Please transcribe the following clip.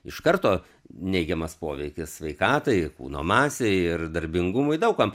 iš karto neigiamas poveikis sveikatai kūno masei ir darbingumui daug kam